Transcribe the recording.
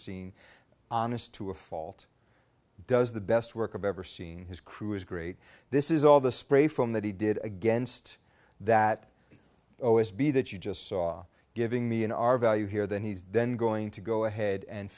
seen honest to a fault does the best work i've ever seen his crew is great this is all the spray foam that he did against that o s b that you just saw giving me an r value here then he's then going to go ahead and